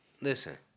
Listen